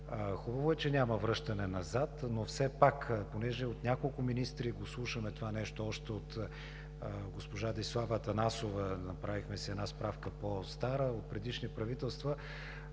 Хубаво е, че няма връщане назад, но все пак, понеже от няколко министри слушаме това нещо – още от госпожа Десислава Атанасова, направихме си по-стара справка от предишни правителства,